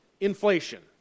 inflation